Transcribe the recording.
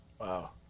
Wow